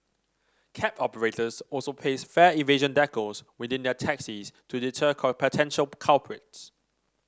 cab operators also paste fare evasion decals within their taxis to deter potential culprits